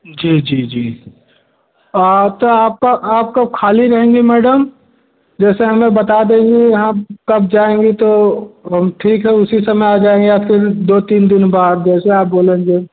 जी जी जी हाँ तो आप कब आप कब खाली रहेंगी मैडम जैसे हमें बता देंगी आप कब जाएँगी तो हम ठीक है उसी समय आ जाएँगे आपके दो तीन दिन बाद जैसे आप बोलेंगे